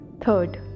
Third